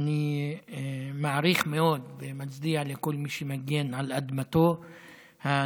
אני מעריך מאוד כל מי שמגן על אדמתו הנגזלת